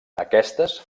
aquestes